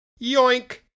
Yoink